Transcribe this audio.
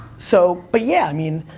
so, but yeah, i mean,